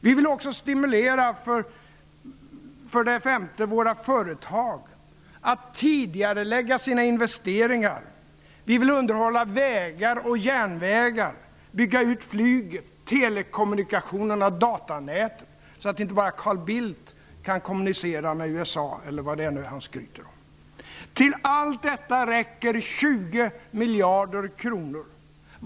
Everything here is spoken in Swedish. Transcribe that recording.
Vi vill också stimulera svenska företag att tidigarelägga sina investeringar, vi vill underhålla vägar och järnvägar, och vi vill bygga ut flyget, telekommunikationerna och datanätet -- så att inte bara Carl Bildt kan kommunicera med USA eller vad det nu är han skryter med. Till allt detta räcker 20 miljarder kronor.